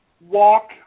walk